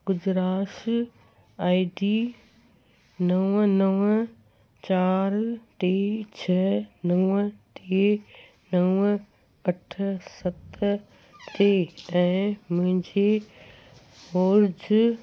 गुजराश I D नव नव चार टे छह नव टे नव अठ सत टे ऐं मुंहिंजी होर्ज